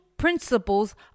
principles